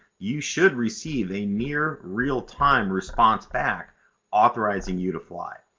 you should receive a near real-time response back authorizing you to fly.